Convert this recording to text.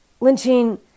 Lynching